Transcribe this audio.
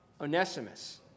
Onesimus